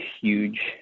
huge